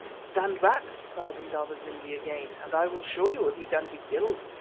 stand back, cried indaba-zimbi again, and i will show you if he can be killed.